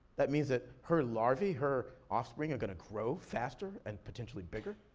that means that her larvae, her offspring are gonna grow faster, and potentially bigger.